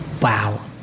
Wow